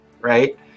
right